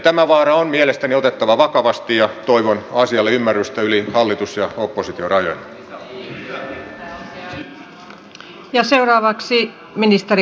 tämä vaara on mielestäni otettava vakavasti ja toivon asialle ymmärrystä yli hallitus ja oppositiorajojen